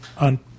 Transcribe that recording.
on